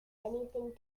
anything